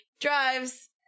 drives